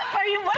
are yeah